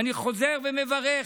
ואני חוזר ומברך